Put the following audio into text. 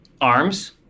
arms